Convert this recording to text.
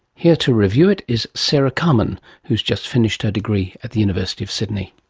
here to review it is sarah carman who has just finished her degree at the university of sydney.